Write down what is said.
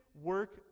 work